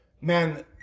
man